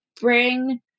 bring